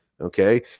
Okay